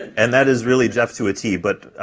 and that is really jeff to a tee. but,